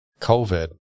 COVID